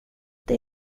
det